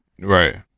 Right